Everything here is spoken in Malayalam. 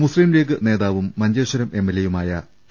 മുസ്ലീം ലീഗ് നേതാവും മഞ്ചേശ്വരം എംഎൽഎയുമായ പി